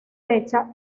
fecha